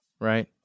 right